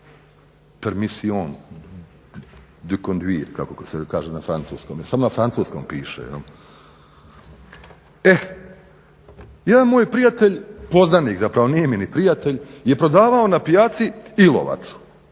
francuski./ … kako se kaže na francuskom, samo na francuskom piše. E, jedan moj prijatelj, poznanik zapravo nije mi ni prijatelj, je prodavao na pijaci ilovaču